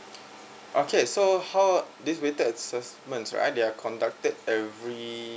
okay so uh this rated assessment right they are conducted every